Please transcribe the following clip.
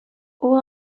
all